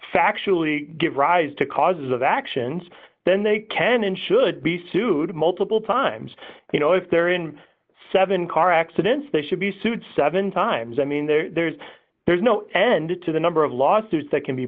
factually give rise to causes of actions then they can and should be sued multiple times you know if they're in seven car accidents they should be sued seven times i mean there's there's no end to the number of lawsuits that can be